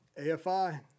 afi